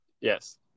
Yes